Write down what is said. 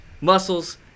muscles